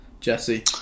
Jesse